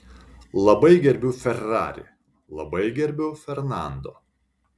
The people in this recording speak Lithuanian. labai gerbiu ferrari labai gerbiu fernando